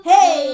Hey